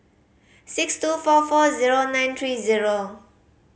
six two four four zero nine three zero